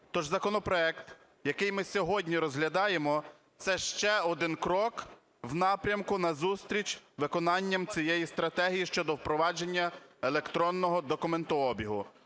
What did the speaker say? Тож законопроект, який ми сьогодні розглядаємо, – це ще один крок в напрямку назустріч виконанням цієї стратегії щодо впровадження електронного документообігу.